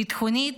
ביטחונית,